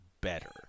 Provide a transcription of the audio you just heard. better